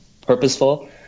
purposeful